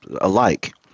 alike